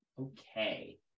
Okay